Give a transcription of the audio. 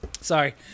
Sorry